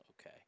Okay